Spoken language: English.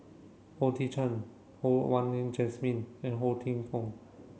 O Thiam Chin Ho Wah Nin Jesmine and Ho Tinfong